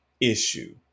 issue